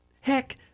Heck